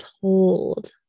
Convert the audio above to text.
told